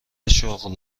شغل